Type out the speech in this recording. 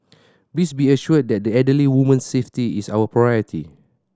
please be assured that the elderly woman's safety is our priority